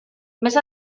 més